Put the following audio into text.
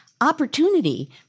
opportunity